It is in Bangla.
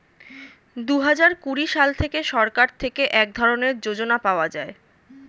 দুহাজার কুড়ি সাল থেকে সরকার থেকে এক ধরনের যোজনা পাওয়া যায়